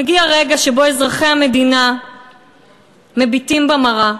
מגיע רגע שבו אזרחי המדינה מביטים במראה